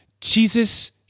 Jesus